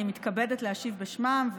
אני מתכבדת להשיב בשמם,